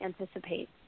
anticipate